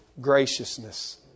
graciousness